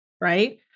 right